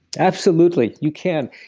absolutely, you can.